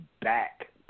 back